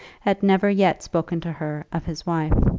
had never yet spoken to her of his wife.